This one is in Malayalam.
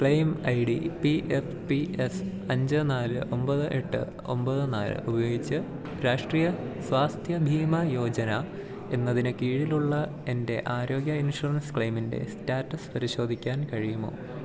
claim I D P F P S അഞ്ച് നാല് ഒന്പത് എട്ട് ഒന്പത് നാല് ഉപയോഗിച്ച് രാഷ്ട്രീയ സ്വാസ്ഥ്യ ബീമ യോജന എന്നതിനു കീഴിലുള്ള എൻ്റെ ആരോഗ്യ ഇൻഷുറൻസ് ക്ലെയിമിൻ്റെ സ്റ്റാറ്റസ് പരിശോധിക്കാൻ കഴിയുമോ